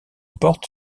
porte